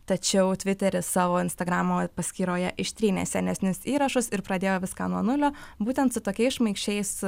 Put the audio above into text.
tačiau tviteris savo instagramo paskyroje ištrynė senesnius įrašus ir pradėjo viską nuo nulio būtent su tokiais šmaikščiais